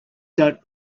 don’t